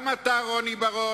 גם אתה, רוני בר-און,